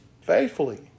faithfully